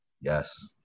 yes